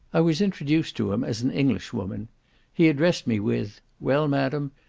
i was introduced to him as an english woman he addressed me with, well madam,